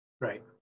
Right